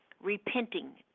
Repenting